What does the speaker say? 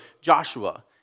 Joshua